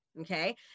okay